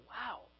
Wow